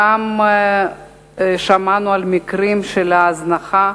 גם שמענו על מקרים של הזנחה,